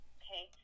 okay